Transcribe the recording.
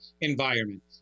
environment